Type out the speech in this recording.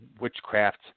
witchcraft